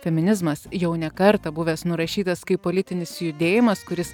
feminizmas jau ne kartą buvęs nurašytas kaip politinis judėjimas kuris